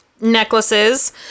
necklaces